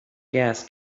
gas